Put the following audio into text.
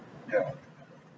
yeah